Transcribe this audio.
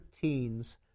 Teens